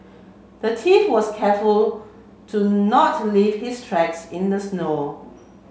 the thief was careful to not leave his tracks in the snow